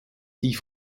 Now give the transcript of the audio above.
die